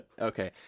Okay